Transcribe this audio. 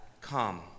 come